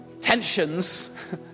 tensions